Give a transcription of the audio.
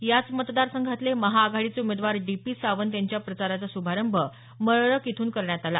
याच मतदार संघातले महाआघाडीचे उमेदवार डी पी सावंत यांच्या प्रचाराचा श्रभारंभ मरळक इथून करण्यात आला